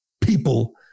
people